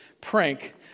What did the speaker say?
prank